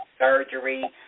surgery